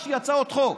והגשתי הצעות חוק.